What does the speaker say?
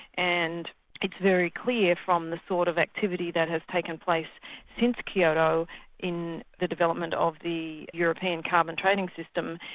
and it's very clear from the sort of activity that has taken place since kyoto in the development of the european carbon trading system,